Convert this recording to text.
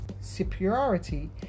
superiority